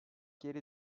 geri